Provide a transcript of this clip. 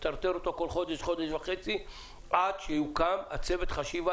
נטרטר אותו כל חודש או חודש וחצי עד שיוקם צוות החשיבה